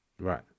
Right